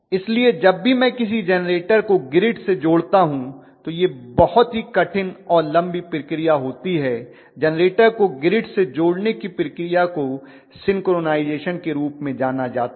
इसलिए जब भी मैं किसी जेनरेटर को ग्रिड से जोड़ता हूँ तो यह एक बहुत ही कठिन और लंबी प्रक्रिया होती है जेनरेटर को ग्रिड से जोड़ने की प्रक्रिया को सिंक्रोनाइज़ेशन के रूप में जाना जाता है